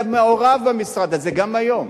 אתה מעורב במשרד הזה גם היום,